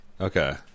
Okay